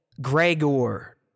gregor